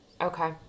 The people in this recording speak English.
Okay